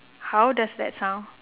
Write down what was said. how does that sound